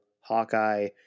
Hawkeye